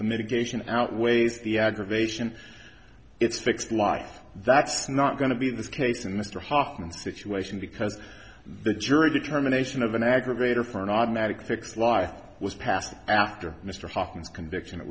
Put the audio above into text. the mitigation outweighs the aggravation it's fixed life that's not going to be in this case and mr hofman situation because the jury determination of an aggravator for an automatic fix life was passed after mr hawkins conviction it